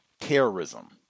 terrorism